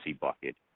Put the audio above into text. bucket